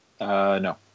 No